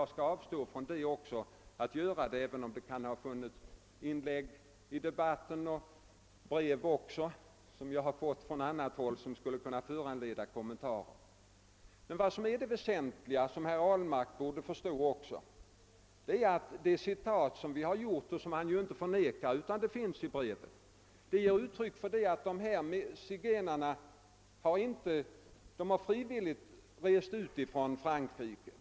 Jag skall alltså avstå från att göra det, även om det har förekommit inlägg i debatten — och jag har även fått brev från annat håll — som skulle kunna föranleda kommentarer. Vad som är det väsentliga, vilket också herr Ahlmark borde förstå, är att det citat som vi har gjort — han förnekar inte heller att det återfinns i brevet — visar att dessa zigenare frivilligt har rest ut från Frankrike.